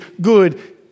good